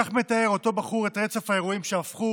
כך מתאר אותו בחור את רצף האירועים שהפכו